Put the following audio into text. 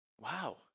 wow